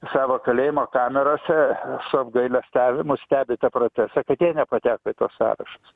savo kalėjimo kamerose su apgailestavimu stebi tą procesą kad jie nepateko į tuos sąrašus